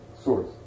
source